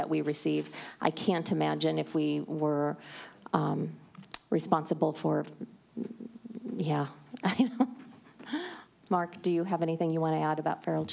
that we receive i can't imagine if we were responsible for yeah mark do you have anything you want to add about feral